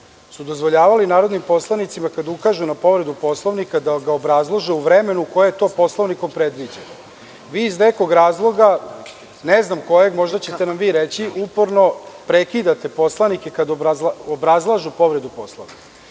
su dozvoljavali narodnim poslanicima kada ukažu na povredu Poslovnika da obrazlažu u vremenu koje je to Poslovnikom predviđeno. Vi iz nekog razloga, ne znam kojeg, možda ćete nam vi reći, uporno prekidate poslanike kada obrazlažu povredu Poslovnika. Podsećam